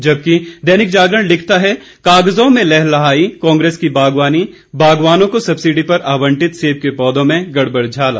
जबकि दैनिक जागरण लिखता है कागजों में लहलहाई कांग्रेस की बागवानी बागवानों को सबसिडी पर आवंटित सेब के पौधों में गड़बड़झड़ाला